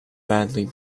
badly